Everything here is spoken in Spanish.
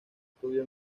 estudio